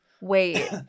wait